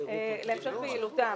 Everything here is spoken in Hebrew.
להמשך פעילותם.